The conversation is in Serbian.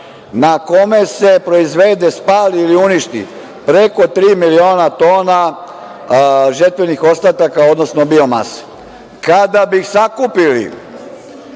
na kome se proizvede, spali ili uništi preko tri miliona tona žetvenih ostataka odnosno biomase. Kada bi sakupili